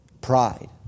Pride